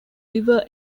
liver